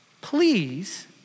Please